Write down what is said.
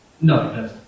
No